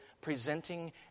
presenting